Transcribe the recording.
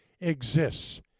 exists